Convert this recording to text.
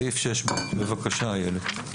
סעיף 6, בבקשה איילת.